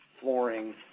flooring